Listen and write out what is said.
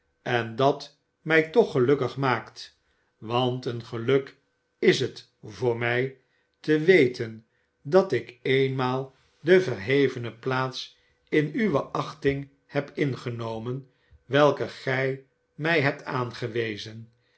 en dat mij toch gelukkig maakt want een geluk is het voor mij te weten dat ik eenmaal de verhevene plaats in uwe achting heb ingenomen welke gij mij hebt aangewezen